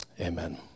Amen